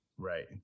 Right